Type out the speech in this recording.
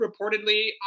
reportedly